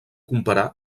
comparar